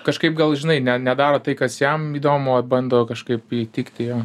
kažkaip gal žinai ne nedaro tai kas jam įdomu o bando kažkaip įtikti jo